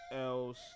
else